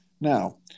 Now